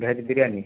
veg biryani